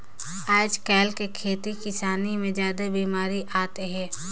आयज कायल के खेती किसानी मे जादा बिमारी आत हे